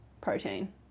protein